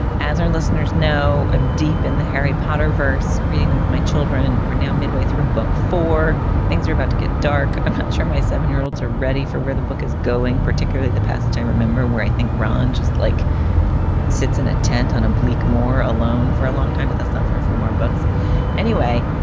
as our listeners know, i'm deep in the harry potter verse reading that with my children. we're now midway through book. four things are about to get dark. i'm sure my seven year olds are ready for where the book is going, particularly the passage. i remember where i think ron just like sits in a tent on a bleak more alone for a long time with us than for a few more books anyway,